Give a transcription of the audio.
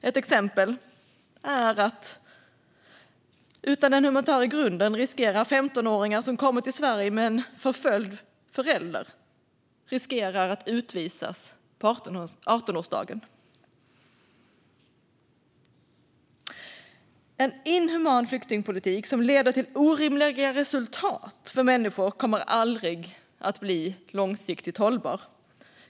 Ett exempel är att utan den humanitära grunden riskerar 15-åringar som kommer till Sverige med en förföljd förälder att utvisas på 18-årsdagen. En inhuman flyktingpolitik som leder till orimliga resultat för människor kommer aldrig att bli långsiktigt hållbar.